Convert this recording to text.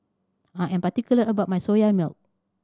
I am particular about my Soya Milk